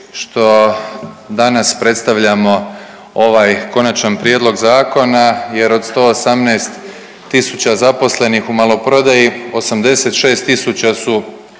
što danas predstavljamo ovaj Konačan prijedlog zakona jer od 118 tisuća zaposlenih u maloprodaji 86